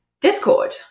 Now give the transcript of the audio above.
Discord